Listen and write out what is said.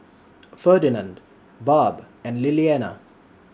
Ferdinand Barb and Lilliana